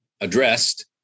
addressed